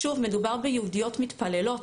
שוב, מדובר ביהודיות מתפללות.